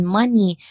money